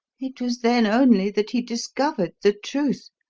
it was then only that he discovered the truth.